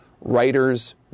Writers